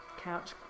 Couch